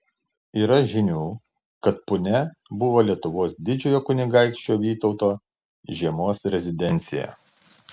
yra žinių kad punia buvo lietuvos didžiojo kunigaikščio vytauto žiemos rezidencija